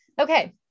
okay